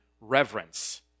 reverence